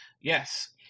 Yes